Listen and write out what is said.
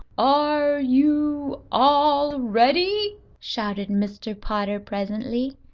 are you all ready? shouted mr. potter presently.